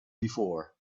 before